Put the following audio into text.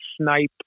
snipe